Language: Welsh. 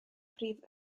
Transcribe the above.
prif